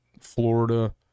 Florida